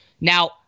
Now